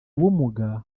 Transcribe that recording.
ubumuga